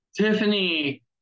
Tiffany